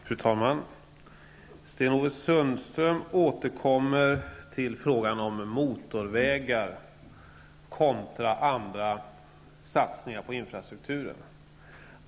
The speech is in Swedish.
Fru talman! Sten-Ove Sundström återkommer till frågan om motorvägar kontra andra satsningar på infrastrukturen.